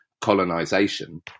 colonization